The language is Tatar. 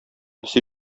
песи